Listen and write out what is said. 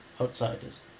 outsiders